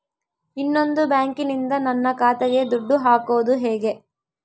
ಇನ್ನೊಂದು ಬ್ಯಾಂಕಿನಿಂದ ನನ್ನ ಖಾತೆಗೆ ದುಡ್ಡು ಹಾಕೋದು ಹೇಗೆ?